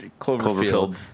Cloverfield